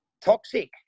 toxic